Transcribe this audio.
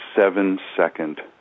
seven-second